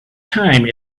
time